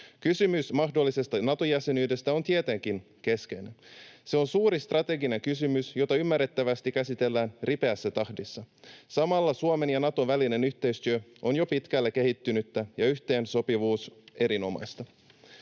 Kysymys mahdollisesta Nato-jäsenyydestä on tietenkin kesken. Se on suuri strateginen kysymys, jota ymmärrettävästi käsitellään ripeässä tahdissa. Samalla Suomen ja Naton välinen yhteistyö on jo pitkälle kehittynyttä ja yhteensopivuus erinomaista.